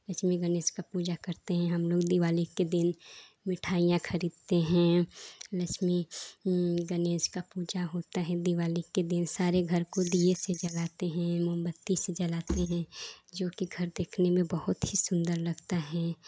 लक्ष्मी गणेश की पूजा करते हैं हमलोग दीवाली के दिन मिठाइयाँ खरीदते हैं लक्ष्मी गणेश की पूजा होती है दिवाली के दिन सारे घर को दीये से जलाते हैं मोमबत्ती से जलाते हैं जोकि घर देखने में बहुत ही सुन्दर लगता है